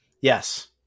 Yes